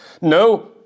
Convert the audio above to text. No